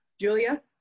Julia